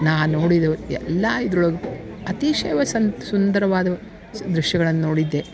ನಾ ನೋಡಿದ ಎಲ್ಲಾ ಇದರೊಳಗೂ ಅತಿಶಯ ವ ಸಂದ್ ಸುಂದರವಾದವು ಸ್ ದೃಶ್ಯಗಳನ್ನ ನೋಡಿದ್ದೆ